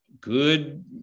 good